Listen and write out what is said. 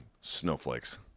snowflakes